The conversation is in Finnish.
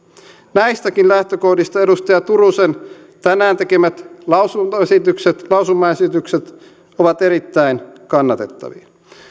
näistäkin lähtökohdista edustaja turusen tänään tekemät lausumaesitykset lausumaesitykset ovat erittäin kannatettavia